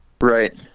right